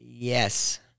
Yes